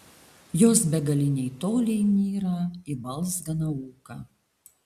jos begaliniai toliai nyra į balzganą ūką